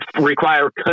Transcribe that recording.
require